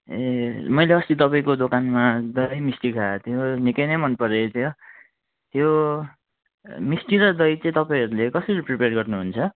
ए मैले अस्ति तपाईँको दोकानमा दही मिस्टी खाएको थियो निकै नै मन पर्यो त्यो त्यो मिस्टी र दही चाहिँ तपाईँहरूले कसरी प्रिपेयर गर्नु हुन्छ